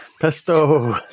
pesto